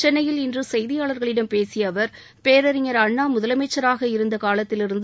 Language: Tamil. சென்னையில் இன்று செய்தியாளர்களிடம் பேசிய அவர் பேரறிஞர் அண்ணா முதலமுச்சராக இருந்த காலத்திலிருந்து